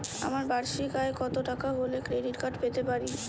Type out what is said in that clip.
আমার বার্ষিক আয় কত টাকা হলে ক্রেডিট কার্ড পেতে পারি?